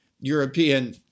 European